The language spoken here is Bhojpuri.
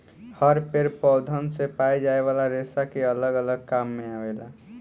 हर पेड़ पौधन से पाए जाये वाला रेसा अलग अलग काम मे आवेला